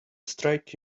strike